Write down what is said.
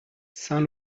saint